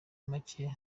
make